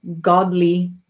godly